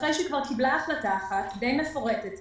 אחרי שכבר קיבלה החלטה אחת מפורטת למדי,